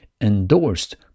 endorsed